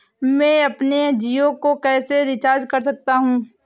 मैं अपने जियो को कैसे रिचार्ज कर सकता हूँ?